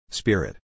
spirit